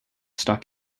stuck